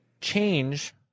change